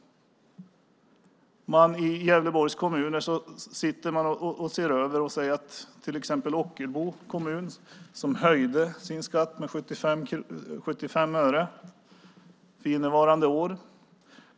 I Gävleborgs kommuner ser man över ekonomin. Ett exempel är Ockelbo kommun, som höjde sin skatt med 75 öre innevarande år.